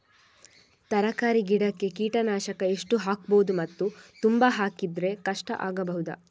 ತರಕಾರಿ ಗಿಡಕ್ಕೆ ಕೀಟನಾಶಕ ಎಷ್ಟು ಹಾಕ್ಬೋದು ಮತ್ತು ತುಂಬಾ ಹಾಕಿದ್ರೆ ಕಷ್ಟ ಆಗಬಹುದ?